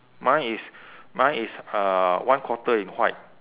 mine is mine is uh one quarter in white